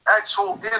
actual